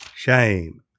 shame